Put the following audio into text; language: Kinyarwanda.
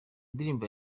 ndirimbo